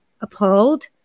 appalled